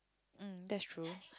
mm that's true